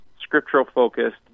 scriptural-focused